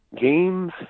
games